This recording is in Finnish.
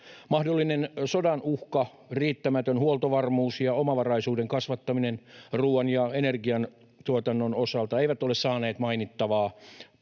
Mahdollinen sodan uhka, riittämätön huoltovarmuus ja omavaraisuuden kasvattaminen ruuan ja energian tuotannon osalta eivät ole saaneet mainittavaa